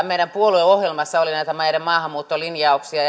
meidän puolueohjelmassamme oli näitä maahanmuuttolinjauksia